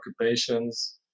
occupations